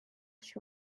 she